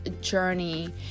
journey